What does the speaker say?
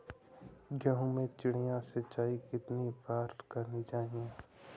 गेहूँ में चिड़िया सिंचाई कितनी बार करनी चाहिए?